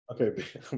Okay